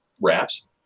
wraps